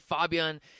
Fabian